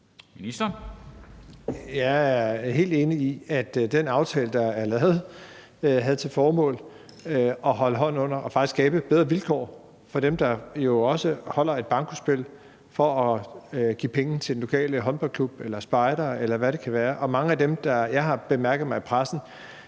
Jeg er helt enig i, at den aftale, der er lavet, havde til formål at holde hånden under og faktisk skabe bedre vilkår for dem, der jo også holder et bankospil for at give penge til den lokale håndboldklub eller spejdere, eller hvad det kan være. Og til mange af dem, har jeg bemærket mig i pressen,